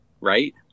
Right